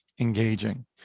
engaging